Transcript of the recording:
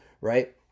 right